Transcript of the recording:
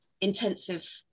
intensive